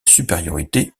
supériorité